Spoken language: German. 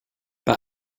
bei